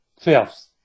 fifth